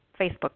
Facebook